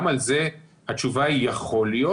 גם על זה התשובה היא יכול להיות,